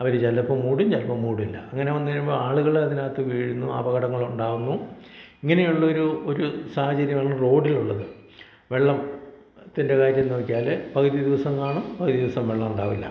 അവർ ചിലപ്പം മൂടും ചിലപ്പം മൂടില്ല അങ്ങനെ വന്നു കഴിയുമ്പോൾ ആളുകൾ അതിനകത്ത് വീഴുന്നു അപകടങ്ങൾ ഉണ്ടാവുന്നു ഇങ്ങനെയുള്ള ഒരൂ ഒരു സാഹചര്യമാണ് റോഡിലുള്ളത് വെള്ളത്തിൻ്റെ കാര്യം നോക്കിയാൽ പകുതി ദിവസം കാണും പകുതി ദിവസം വെള്ളം ഉണ്ടാവില്ല